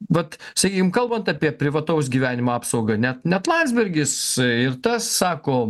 vat sakykim kalbant apie privataus gyvenimo apsaugą net net landsbergis ir tas sako